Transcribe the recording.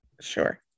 Sure